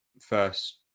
first